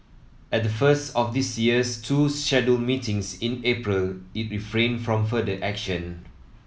at the first of this year's two scheduled meetings in April it refrained from further action